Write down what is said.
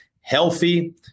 healthy